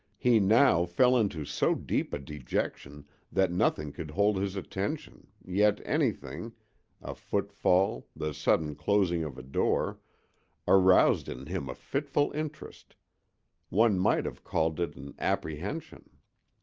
he now fell into so deep a dejection that nothing could hold his attention, yet anything a footfall, the sudden closing of a door aroused in him a fitful interest one might have called it an apprehension.